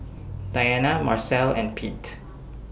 Diana Marcel and Pete